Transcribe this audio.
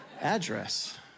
address